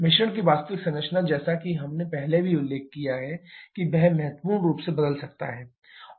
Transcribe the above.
मिश्रण की वास्तविक संरचना जैसा कि हमने पहले ही उल्लेख किया है कि यह महत्वपूर्ण रूप से बदल सकता है